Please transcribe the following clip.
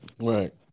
right